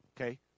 Okay